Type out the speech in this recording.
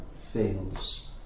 fails